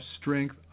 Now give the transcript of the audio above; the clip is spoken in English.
strength